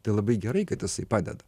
tai labai gerai kad jisai padeda